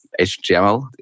HTML